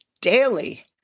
daily